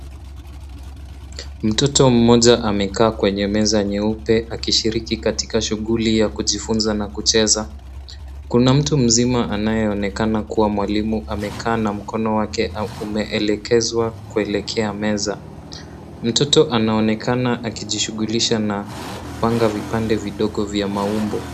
Mtoto mmoja amekaa kwenye meza nyeupe akishiriki katika shughuli ya kujifunza na kucheza. Kuna mtu mzima anayeonekana kuwa mwalimu, amekaa na mkono wake umeelekezwa kuelekea meza. Mtoto anaonekana akijishughulisha na kupanga vipande vidogo vya maumbo.